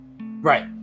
Right